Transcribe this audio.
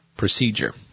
procedure